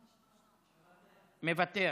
מוותר.